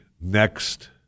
Next